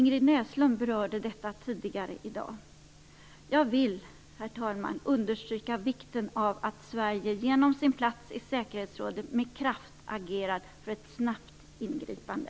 Ingrid Näslund har tidigare i dag berört detta. Herr talman! Jag vill betona vikten av att Sverige genom sin plats i säkerhetsrådet med kraft agerar för ett snabbt ingripande.